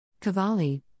Cavalli